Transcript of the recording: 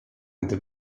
gdy